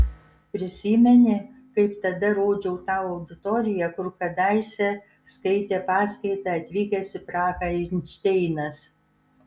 prisimeni kaip tada rodžiau tau auditoriją kur kadaise skaitė paskaitą atvykęs į prahą einšteinas